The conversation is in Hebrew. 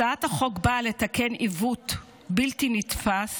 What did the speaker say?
הצעת החוק באה לתקן עיוות בלתי נתפס